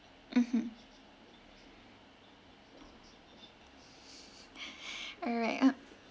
mmhmm all right ah